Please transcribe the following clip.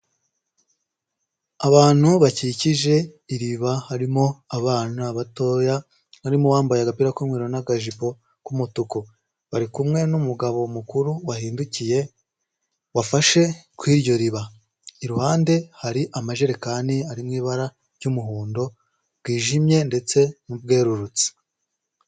Abantu bakikije iriba harimo abana batoya barimo bambaye agapira k'umweru n'agajipo k'umutuku, bari kumwe n'umugabo mukuru wahindukiye wafashe kw'iryo riba. Iruhande hari amajerekani arimo ibara ry'umuhondo ryijimye ndetse n'urwerurutse.